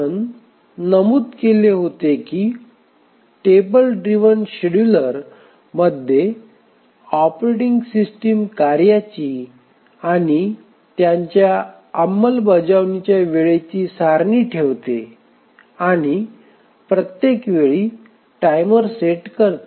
आपण नमूद केले होते की टेबल ड्रिव्हन शेड्यूलर मध्ये ऑपरेटिंग सिस्टम कार्यांची आणि त्यांच्या अंमलबजावणीच्या वेळेची सारणी ठेवते आणि प्रत्येक वेळी टाइमर सेट करते